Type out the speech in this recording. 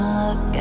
look